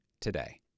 today